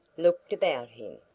looked about him.